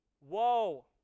Whoa